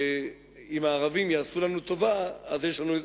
אם הערבים יעשו לנו טובה, אז יש לנו,